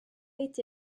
été